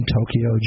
Tokyo